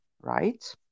right